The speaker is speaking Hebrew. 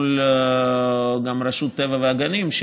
גם מול רשות הטבע והגנים,